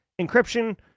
Encryption